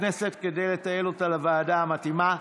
היא תועבר לוועדת הכנסת כדי לתעל אותה לוועדה המתאימה.